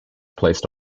placed